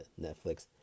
Netflix